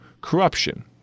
corruption